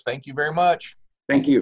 thank you very much thank you